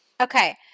Okay